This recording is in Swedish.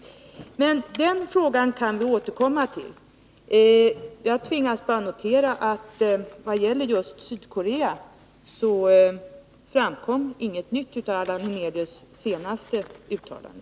Men den frågan kan vi återkomma till. Jag tvingas bara att notera att vad gäller just Sydkorea framkom ingenting nytt av Allan Hernelius senaste uttalande.